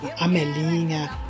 Amelinha